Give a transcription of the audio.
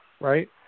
right